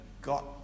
got